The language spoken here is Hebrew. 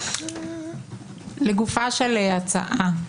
לגופה של ההצעה.